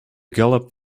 galloped